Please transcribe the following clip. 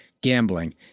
gambling